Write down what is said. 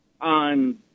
on